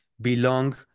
belong